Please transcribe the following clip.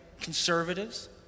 conservatives